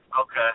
Okay